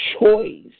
choice